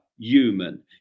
Human